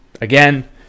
Again